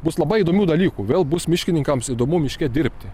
bus labai įdomių dalykų vėl bus miškininkams įdomu miške dirbti